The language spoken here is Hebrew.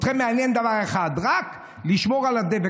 אתכם מעניין דבר אחד: רק לשמור על הדבק.